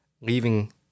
leaving